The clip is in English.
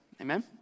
Amen